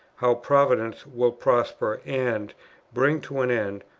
how providence will prosper and bring to an end,